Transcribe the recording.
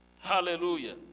hallelujah